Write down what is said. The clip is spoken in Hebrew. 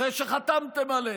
אחרי שחתמתם עליה: